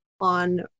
on